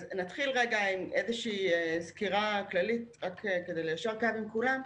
אתחיל עם סקירה כללית כדי ליישר קו עם כולם.